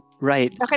right